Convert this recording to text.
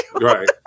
Right